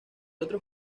otros